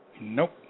Nope